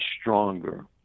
stronger